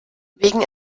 wegen